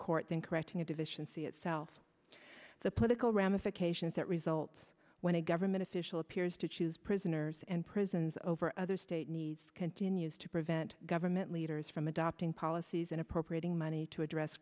court than correcting a deficiency itself the political ramifications that results when a government official appears to choose prisoners and prisons over other state needs continues to prevent government leaders from adopting policies and appropriating money to address